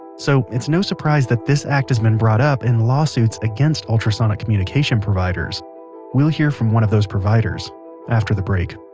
so it's no surprise that this act has been brought up in lawsuits against ultrasonic communication providers we'll hear from one of those providers after the break